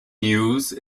news